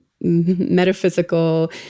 metaphysical